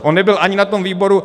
On nebyl ani na tom výboru.